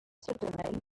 suddenly